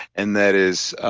and that is